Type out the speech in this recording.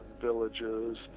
villages